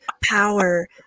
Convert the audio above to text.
power